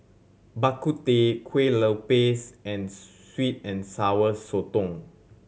Bak Kut Teh kue lupis and sweet and Sour Sotong